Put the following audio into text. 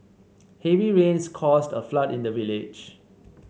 heavy rains caused a flood in the village